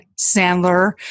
Sandler